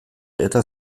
eta